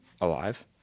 alive